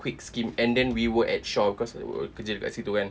quick scheme and then we were at shaw cause kerja dekat situ kan